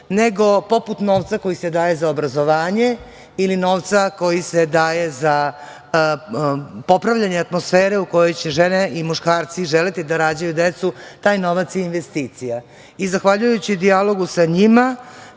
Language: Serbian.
nego poput novca koji se daje za obrazovanje ili novca koji se daje za popravljanje atmosfere u kojoj će žene i muškarci želeti da rađaju decu, taj novac je investicija. Zahvaljujući dijalogu sa njima